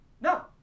No